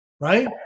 Right